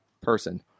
person